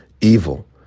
evil